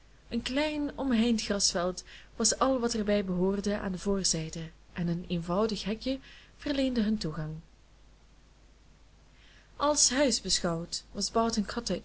een klein omheind grasveld was al wat er bij behoorde aan de voorzijde en een eenvoudig hekje verleende hun toegang als huis beschouwd was barton